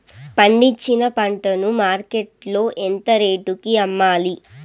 పండించిన పంట ను మార్కెట్ లో ఎంత రేటుకి అమ్మాలి?